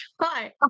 Hi